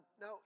Now